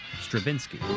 Stravinsky